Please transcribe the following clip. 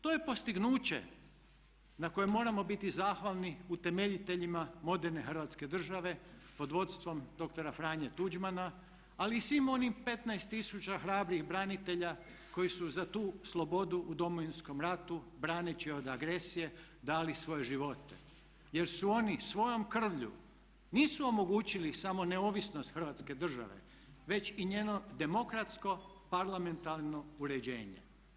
To je postignuće na koje moramo biti zahvalni utemeljiteljima moderne Hrvatske države pod vodstvom dr. Franje Tuđmana, ali i svim onim 15000 hrabrih branitelja koji su za tu slobodu u Domovinskom ratu braneći je od agresije dali svoje živote jer su oni svojom krvlju nisu omogućili samo neovisnost Hrvatske države već i njeno demokratsko, parlamentarno uređenje.